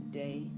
day